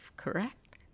Correct